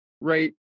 right